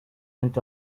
went